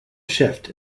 shift